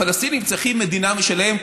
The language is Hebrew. הפלסטינים צריכים מדינה משלהם,